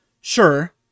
Sure